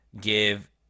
give